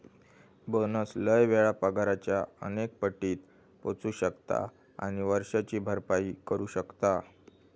bonus लय वेळा पगाराच्या अनेक पटीत पोचू शकता आणि वर्षाची भरपाई करू शकता